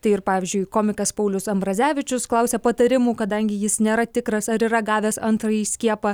tai ir pavyzdžiui komikas paulius ambrazevičius klausia patarimų kadangi jis nėra tikras ar yra gavęs antrąjį skiepą